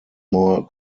more